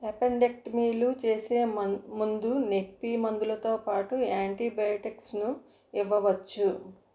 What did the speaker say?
అపెండెక్టమీలు చేసే మం ముందు నొప్పి మందులతో పాటు యాంటిబయోటిక్స్ను ఇవ్వవచ్చు